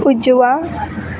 उजवा